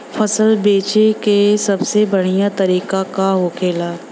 फसल बेचे का सबसे बढ़ियां तरीका का होखेला?